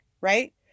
right